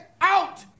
out